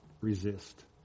resist